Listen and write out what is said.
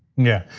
yeah,